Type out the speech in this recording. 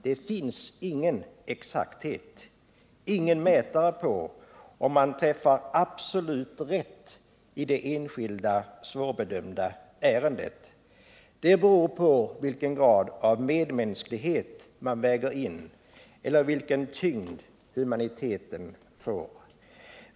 Det finns ingen exakthet, ingen mätare på om man träffar absolut rätt i det enskilda svårbedömda ärendet. Det beror på vilken grad av medmänsklighet man väger in bland skälen eller vilken tyngd humaniteten får.